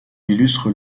illustre